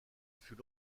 fut